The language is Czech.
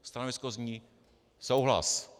Stanovisko zní: Souhlas.